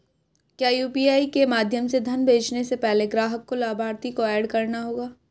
क्या यू.पी.आई के माध्यम से धन भेजने से पहले ग्राहक को लाभार्थी को एड करना होगा?